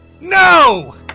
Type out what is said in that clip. No